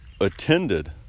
attended